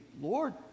lord